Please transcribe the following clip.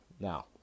Now